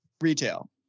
Retail